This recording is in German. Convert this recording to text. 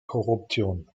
korruption